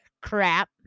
crap